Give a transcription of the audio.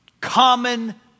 common